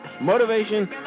motivation